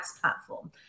platform